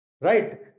right